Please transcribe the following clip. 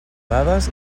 dades